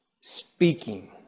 speaking